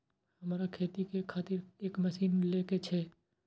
हमरा खेती के खातिर एक मशीन ले के छे?